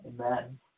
Amen